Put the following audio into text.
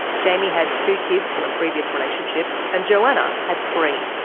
jaimie had two kids from a previous relationship, and johanna had three.